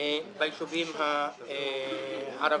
ביישובים הערביים.